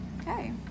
Okay